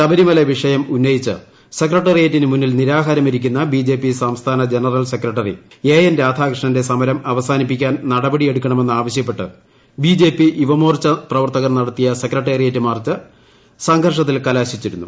ശബരിമല വിഷയം ഉന്നയിച്ച് സെക്രട്ടറിയേറ്റിനു മുന്നിൽ നിരാഹാരമിരിക്കുന്ന ബിജെപി സംസ്ഥാന് ജനറൽ സെക്രട്ടറി എ എൻ രാധാകൃഷ്ണന്റെ സ്മരം അവസാനിപ്പിക്കാൻ നടപടിയെടുക്കണമെന്നാവശ്യപ്പെട്ട് ബിജെപി യുവമോർച്ച പ്രവർത്തകർ നടത്തിയ സെക്രട്ടറിയേറ്റ് മാർച്ച് സംഘർഷത്തിൽ കലാശിച്ചിരുന്നു